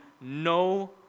no